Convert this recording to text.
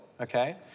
Okay